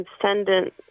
transcendent